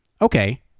okay